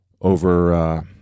over –